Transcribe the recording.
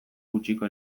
gutxiko